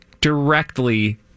directly